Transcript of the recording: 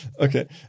Okay